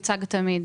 והמחיר יוצג תמיד?